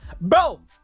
Bro